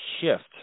shift